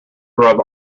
grub